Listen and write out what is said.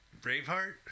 Braveheart